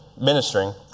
ministering